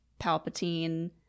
Palpatine